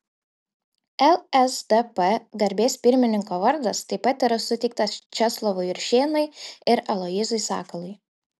lsdp garbės pirmininko vardas taip pat yra suteiktas česlovui juršėnui ir aloyzui sakalui